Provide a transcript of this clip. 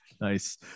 Nice